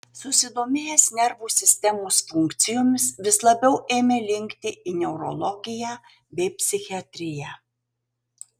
susidomėjęs nervų sistemos funkcijomis vis labiau ėmė linkti į neurologiją bei psichiatriją